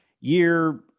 year